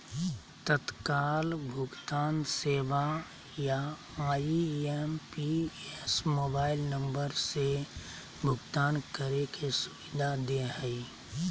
तत्काल भुगतान सेवा या आई.एम.पी.एस मोबाइल नम्बर से भुगतान करे के सुविधा दे हय